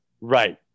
Right